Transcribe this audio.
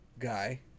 Guy